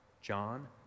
John